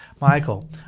Michael